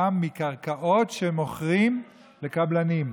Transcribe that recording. באים מקרקעות שמוכרים לקבלנים.